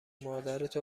مادرتو